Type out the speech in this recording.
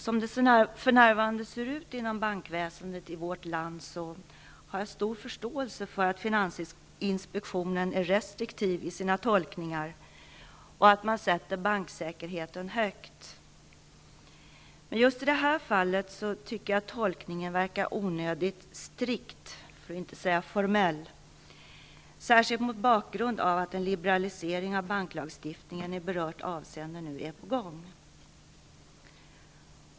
Som det för närvarande ser ut inom bankväsendet inom vårt land har jag stor förståelse för att finansinspektionen är restriktiv i sina tolkningar och att banksäkerheten sätts högt. Men i det här fallet tycker jag att tolkningen verkar onödigt strikt, för att inte säga formell, särskilt mot bakgrund av att en liberalisering av banklagstiftningen i berört avseende är på gång.